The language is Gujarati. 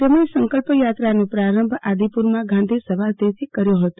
તેમણે સંકલ્પયાત્રાનો પ્રારંભ આદિપુરમાં ગાંધી સમાધિથી કર્યો હતો